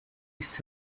waste